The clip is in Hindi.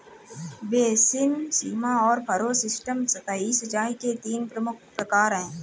बेसिन, सीमा और फ़रो सिस्टम सतही सिंचाई के तीन प्रमुख प्रकार है